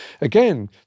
Again